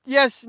Yes